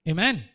Amen